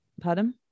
Pardon